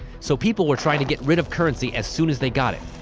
so people were trying to get rid of currency as soon as they got it.